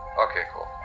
okay cool,